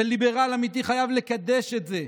וליברל אמיתי חייב לקדש את זה,